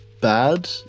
bad